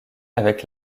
avec